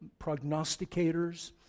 prognosticators